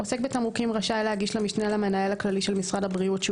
עוסק בתמרוקים רשאי להגיש למשנה למנהל הכללי של משרד הבריאות שהוא